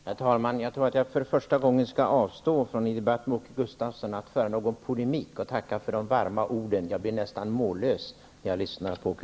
Herr talman! Jag tror att jag för första gången skall avstå från att föra någon polemik med Åke Gustavsson i en debatt. Jag tackar för de varma orden. Jag blir nästan mållös när jag lyssnar på Åke